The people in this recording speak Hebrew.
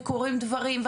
וקורים דברים,